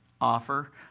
offer